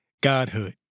Godhood